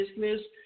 business